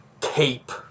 cape